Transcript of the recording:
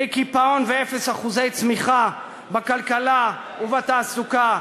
לקיפאון ואפס אחוז צמיחה בכלכלה ובתעסוקה,